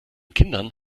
kindern